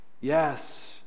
Yes